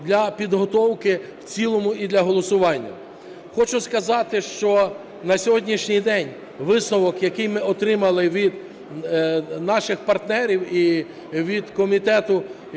для підготовки в цілому і для голосування. Хочу сказати, що на сьогоднішній день висновок, який ми отримали від наших партнерів і від Комітету